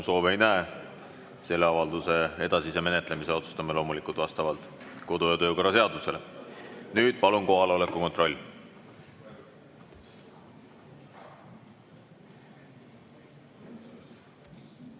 soove ei näe. Selle avalduse edasise menetlemise otsustame loomulikult vastavalt kodu‑ ja töökorra seadusele. Nüüd palun kohaloleku kontroll.